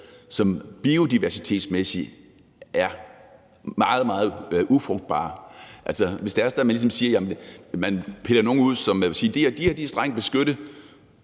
som biodiversitetsmæssigt er meget, meget ufrugtbare, altså hvis det er sådan, at man piller nogle ud og siger: De her er strengt beskyttede;